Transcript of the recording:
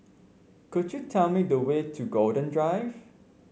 could you tell me the way to Golden Drive